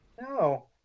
No